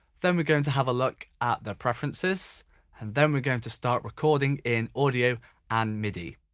then we are going to have a look at the preferences and then we are going to start recording in audio and midi.